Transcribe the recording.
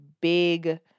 big